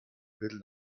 viertel